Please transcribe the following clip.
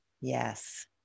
Yes